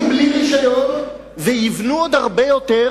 רשיון ויבנו עוד הרבה יותר,